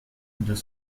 deux